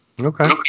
Okay